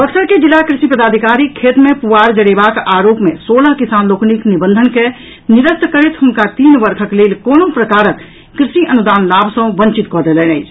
बक्सर के जिला कृषि पदाधिकारी खेत मे पुआर जरेबाक आरोप मे सोलह किसान लोकनिक निबंधन के निरस्त करैत हुनका तीन वर्षक लेल कोनहूँ प्रकारक कृषि अनुदान लाभ सँ बंचित कऽ देलनि अछि